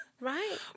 Right